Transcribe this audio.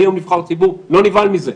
אני היום נבחר ציבור, לא נבהל מזה.